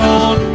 on